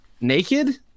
naked